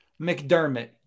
McDermott